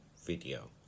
video